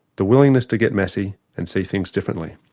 the willingness to get messy and see things differently.